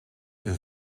een